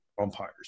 umpires